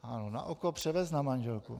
Ano, na oko převést na manželku.